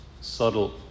Subtle